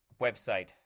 website